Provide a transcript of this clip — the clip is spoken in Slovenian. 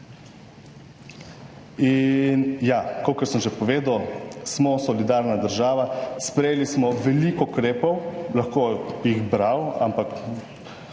in ja, kakor sem že povedal, smo solidarna država. Sprejeli smo veliko ukrepov, lahko bi jih bral, ampak